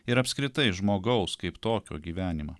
ir apskritai žmogaus kaip tokio gyvenimą